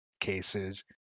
cases